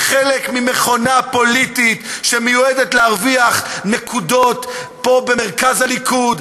שהיא חלק ממכונה פוליטית שמיועדת להרוויח פה נקודות במרכז הליכוד,